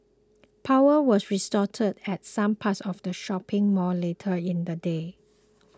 power was restored at some parts of the shopping mall later in the day